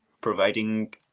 providing